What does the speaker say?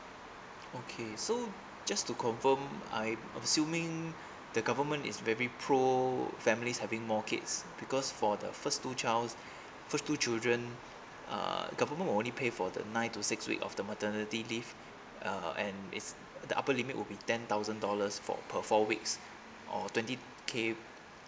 okay so just to confirm I'm assuming the government is very pro families having more kids because for the first two child first two children uh government will only pay for the nine to six week of the maternity leave uh and it's the upper limit would be ten thousand dollars for per four weeks or twenty k